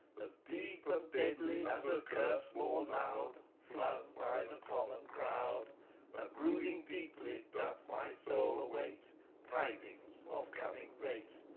as deep and deadly as a curse more loud flung by the common crowd and, brooding deeply, doth my soul await tidings of coming fate,